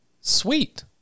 Sweet